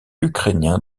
ukrainien